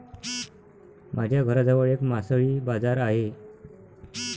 माझ्या घराजवळ एक मासळी बाजार आहे